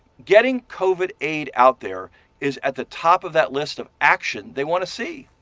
getting covid aid out there is at the top of that list of action they want to see.